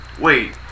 wait